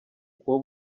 kuwo